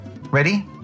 Ready